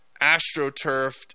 astroturfed